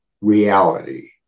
reality